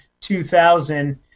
2000